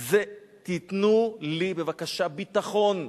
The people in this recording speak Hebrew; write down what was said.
זה: תיתנו לי בבקשה ביטחון.